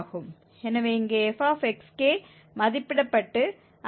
எனவே இங்கே f மதிப்பிடப்பட்டு அது −2